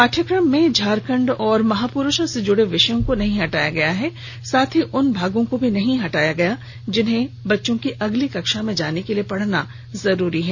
पाठ्यक्रम में झारखंड और महापुरुषों से जुड़े विषयों को नहीं हटाया गया है साथ ही उन भागों को भी नहीं हटाया गया है जिन्हें बच्चों की अगली कक्षा में जाने के लिए पढ़ना जरूरी है